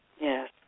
Yes